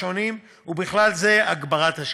ובכלל זה הגברת השקיפות.